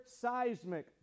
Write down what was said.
seismic